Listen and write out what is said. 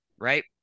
right